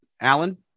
Alan